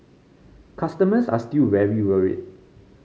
customers are still very worried